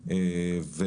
הקורונה,